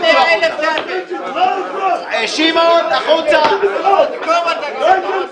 שמעון, אתה לא תאיים.